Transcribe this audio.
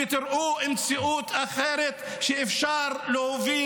ותראו מציאות אחרת שאפשר להוביל.